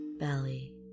Belly